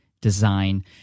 design